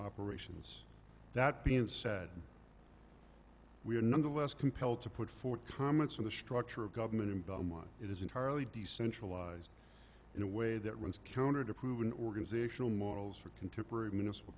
operations that being said we are nonetheless compelled to put forth comments on the structure of government in belmont it is entirely decentralized in a way that runs counter to proven organizational models for contemporary municipal